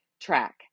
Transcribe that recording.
track